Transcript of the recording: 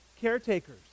caretakers